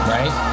Right